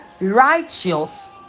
righteous